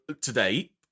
today